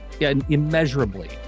immeasurably